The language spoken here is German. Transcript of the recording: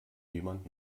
jemand